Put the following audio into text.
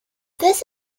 this